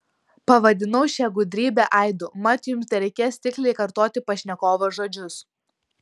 pavadinau šią gudrybę aidu mat jums tereikės tiksliai kartoti pašnekovo žodžius